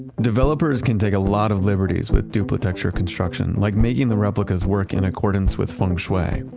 developers can take a lot of liberties with duplitecture construction, like making the replicas work in accordance with feng shui.